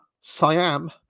Siam